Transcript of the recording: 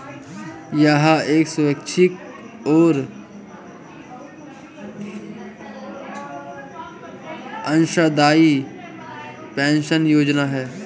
यह एक स्वैच्छिक और अंशदायी पेंशन योजना है